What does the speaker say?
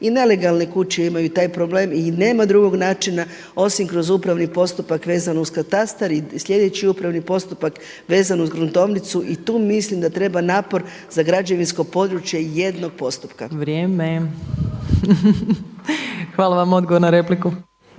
I nelegalne kuće imaju taj problem i nema drugog načina osim kroz upravni postupak vezano uz katastar i sljedeći upravni postupak vezan uz gruntovnicu i tu mislim da treba napor za građevinsko područje jednog postupka. **Opačić, Milanka (SDP)** Hvala vam. Odgovor na repliku.